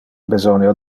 besonia